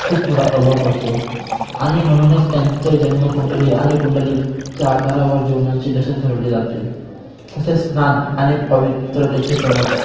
खूप मोठा प्रभाव पडतो आणि म्हणूनच त्यांच्या जन्मकुंडली आणि कुंडलीच्या आधारावर जीवनाची दशा ठरवली जाते तसेच स्नान आणि पवित्रतेचे समज